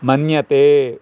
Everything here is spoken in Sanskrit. मन्यते